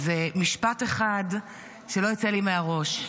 משפט אחד שלא יוצא לי מהראש: